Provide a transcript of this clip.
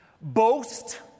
Boast